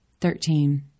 Thirteen